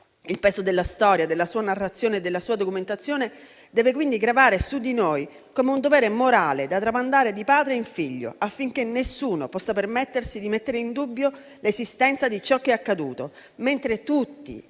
Il peso della storia, della sua narrazione e della sua documentazione deve quindi gravare su di noi come un dovere morale da tramandare di padre in figlio, affinché nessuno possa permettersi di mettere in dubbio l'esistenza di ciò che è accaduto. Tutti